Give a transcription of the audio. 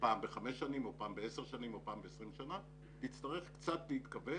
פעם בחמש שנים או פעם בעשר שנים או פעם ב-20 שנה תצטרך קצת להתכווץ